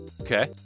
Okay